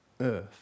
earth